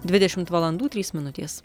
dvidešimt valandų trys minutės